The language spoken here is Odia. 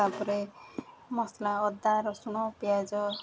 ତା'ପରେ ମସଲା ଅଦା ରସୁଣ ପିଆଜ